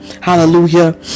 hallelujah